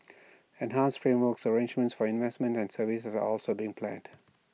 enhanced frameworks arrangenment for investments and services are also being planned